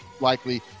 likely